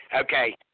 Okay